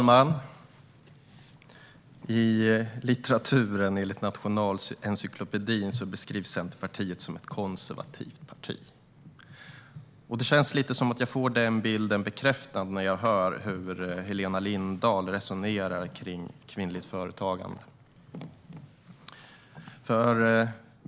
Herr talman! Enligt Nationalencyklopedin beskrivs Centerpartiet i litteraturen som ett konservativt parti. Det känns lite grann som att jag får den bilden bekräftad när jag hör hur Helena Lindahl resonerar om kvinnligt företagande.